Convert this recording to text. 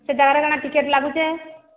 ସେ ଜାଗାରେ କାଣା ଟିକେଟ ଲାଗୁଛେ